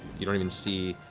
you don't even see,